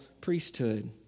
priesthood